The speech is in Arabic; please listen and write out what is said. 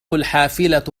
الحافلة